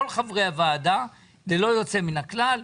כל חברי הוועדה ללא יוצא מן הכלל,